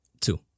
Two